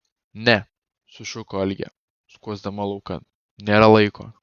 ne sušuko algė skuosdama laukan nėra laiko